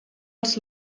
els